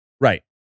Right